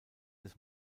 des